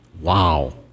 Wow